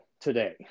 today